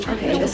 Okay